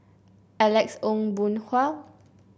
Alex Ong Boon Hau